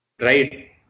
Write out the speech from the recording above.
right